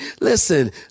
listen